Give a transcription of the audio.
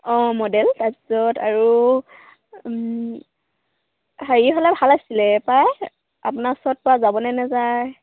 অঁ মডেল তাৰ পিছত আৰু হেৰি হ'লে ভাল আছিলে পায় আপোনাৰ ওচৰত পোৱা যাবনে নাযায়